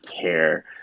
care